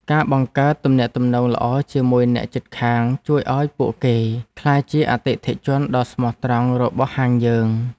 ការបង្កើតទំនាក់ទំនងល្អជាមួយអ្នកជិតខាងជួយឱ្យពួកគេក្លាយជាអតិថិជនដ៏ស្មោះត្រង់របស់ហាងយើង។